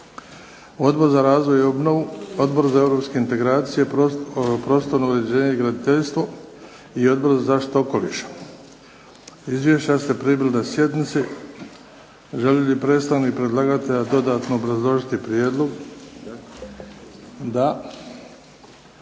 Odbor za razvoj i obnovu, Odbor za europske integracije, prostorno uređenje i graditeljstvo i Odbor za zaštitu okoliša. Izvješća ste primili na sjednici. Želi li predstavnik predlagatelja dodatno obrazložiti prijedlog? Da.